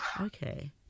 Okay